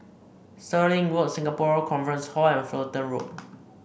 Stirling Walk Singapore Conference Hall and Fullerton Road